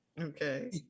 Okay